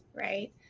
right